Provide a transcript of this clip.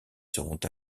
seront